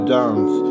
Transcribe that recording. dance